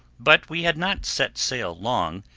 but we had not set sail long,